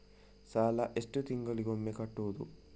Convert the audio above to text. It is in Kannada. ಸಾಲ ಎಷ್ಟು ತಿಂಗಳಿಗೆ ಒಮ್ಮೆ ಕಟ್ಟುವುದು?